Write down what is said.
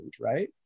right